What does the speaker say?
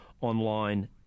online